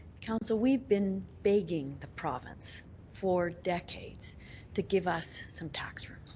council, we've been begging the province for decades to give us some tax ruse.